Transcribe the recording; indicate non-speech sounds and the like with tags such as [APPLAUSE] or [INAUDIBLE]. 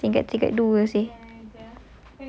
[LAUGHS] nasib baik tinggal tingkat dua seh